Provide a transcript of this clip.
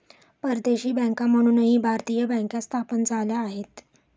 परदेशी बँका म्हणूनही भारतीय बँका स्थापन झाल्या आहेत